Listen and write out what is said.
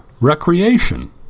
recreation